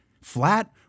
flat